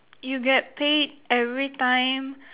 you get paid every time